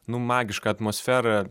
nu magišką atmosferą